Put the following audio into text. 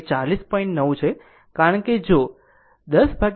23 sin θ તે 40